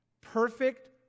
Perfect